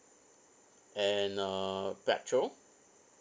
and uh petrol